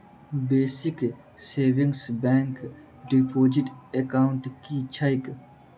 Basic savings bank deposit account की छैक?